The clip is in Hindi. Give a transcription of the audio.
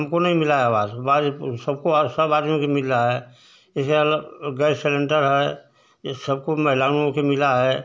हमको नहीं मिला है आवास बाकी तो सबको सब आदमी को मिल रहा है इसे अल गैस सिलेन्डर है सबको महिलाओं को मिला है